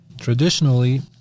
Traditionally